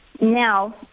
now